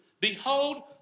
Behold